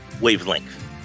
Wavelength